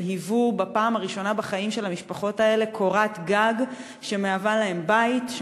והיוו בפעם הראשונה בחיים של המשפחות האלה קורת גג שמהווה להם בית,